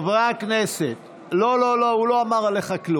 חברי הכנסת, לא, לא, הוא לא אמר עליך כלום.